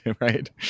right